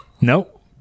Nope